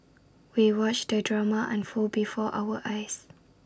we watched the drama unfold before our eyes